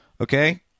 okay